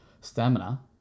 stamina